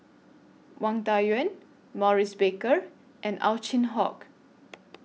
Wang Dayuan Maurice Baker and Ow Chin Hock